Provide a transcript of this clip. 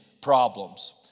problems